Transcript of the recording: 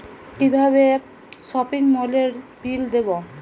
কিভাবে সপিং মলের বিল দেবো?